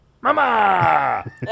Mama